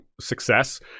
success